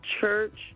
church